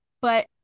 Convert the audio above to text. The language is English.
But-